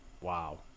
wow